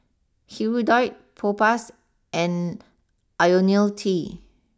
Hirudoid Propass and Ionil T